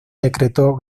decretó